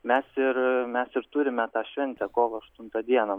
mes ir mes ir turime tą šventę kovo aštuntą dieną